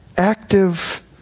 Active